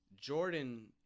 Jordan